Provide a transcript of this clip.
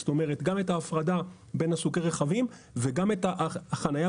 גם את ההפרדה בין סוגי רכבים וגם את החנייה